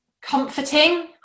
comforting